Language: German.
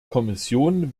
kommission